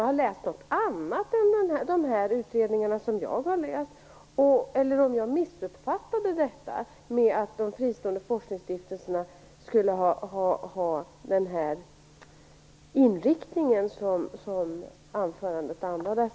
Har hon läst något annat än de utredningar som jag har läst? Eller har jag missuppfattat att de fristående forskningsstiftelserna skulle ha den inriktning som anförandet andades?